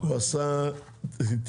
הוא עשה תיקונים.